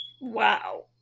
wow